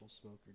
smoker